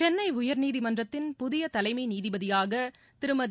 சென்னை உயர்நீதிமன்றத்தின் புதிய தலைமை நீதிபதியாக திருமதி